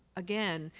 again,